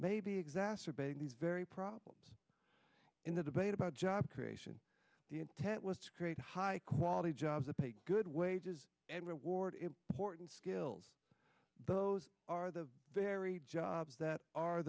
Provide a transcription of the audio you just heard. may be exacerbating these very problems in the debate about job creation the intent was to create high quality jobs that pay good wages and reward important skills those are the very jobs that are